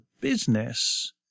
business